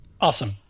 Awesome